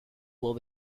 will